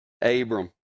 Abram